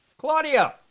Claudia